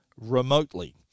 remotely